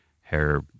hair